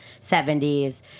70s